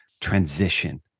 transition